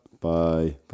Bye